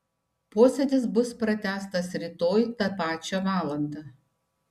posėdis bus pratęstas rytoj tą pačią valandą